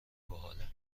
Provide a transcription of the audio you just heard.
باحاله